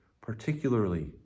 particularly